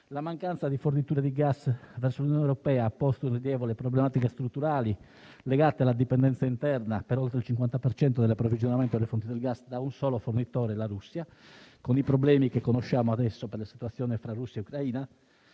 la mancanza di fornitura di gas verso l'Unione europea ha posto notevoli problematiche strutturali legate alla dipendenza interna per oltre il 50 per cento dell'approvvigionamento delle fonti del gas da un solo fornitore (la Russia), nonché i problemi che tutti conosciamo per l'attuale situazione fra quel Paese e l'Ucraina.